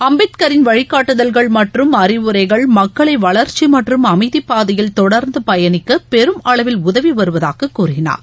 அம்பேத்கரின் வழிகாட்டுதல்கள் மற்றும் அறிவுரைகள் மக்களைவளர்ச்சிமற்றும் அமைதிபாதையில் தொடர்ந்துபயணிக்கபெரும் அளவில் உதவிவருவதாககூறினார்